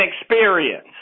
experience